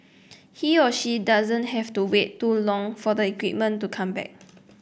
he or she doesn't have to wait too long for the equipment to come back